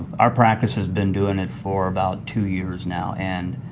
our practice has been doing it for about two years now and